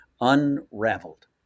Unraveled